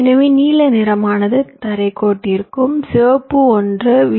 எனவே நீல நிறமானது தரை கோட்டிற்கும் சிவப்பு ஒன்று வி